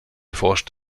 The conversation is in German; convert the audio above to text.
forscht